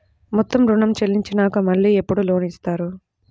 మొత్తం ఋణం చెల్లించినాక మళ్ళీ ఎప్పుడు లోన్ ఇస్తారు?